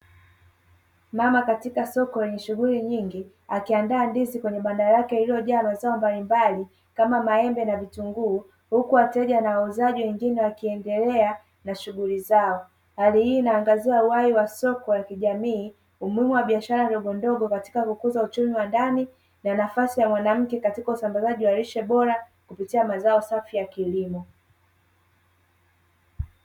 Mama katika soko lenye shughuli nyingi, akiandaa ndizi kwenye banda lake lililojaa mazao mbalimbali kama maembe na vitunguu, huku wateja na wauzaji wengine wakiendelea na shughuli zao. Hali hii inaangazia uhai wa soko la kijamii, umuhimu wa biashara ndogondogo katika kukuza uchumi wa ndani, na nafasi ya mwanamke katika usambazaji wa lishe bora, kupitia mazao safi ya kilimo.